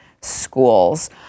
schools